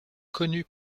connu